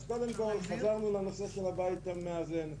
אז קודם כול, חזרנו לנושא של הבית המאזן.